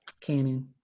cannon